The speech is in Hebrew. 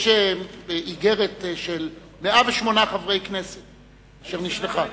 יש איגרת של 108 חברי הכנסת אשר נשלחה,